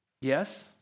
Yes